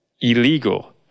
illegal